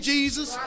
Jesus